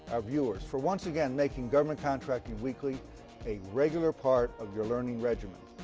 our viewers, for once again making government contracting weekly a regular part of your learning regimen.